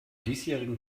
diesjährigen